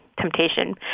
temptation